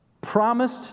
promised